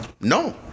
no